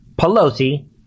Pelosi